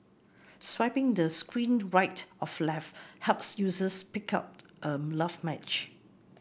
swiping the screen right of life helps users pick out a love match